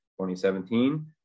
2017